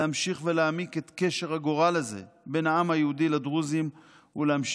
להמשיך ולהעמיק את קשר הגורל הזה בין העם היהודי לדרוזים ולהמשיך